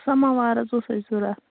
سَماوار حظ اوس اَسہِ ضوٚرَتھ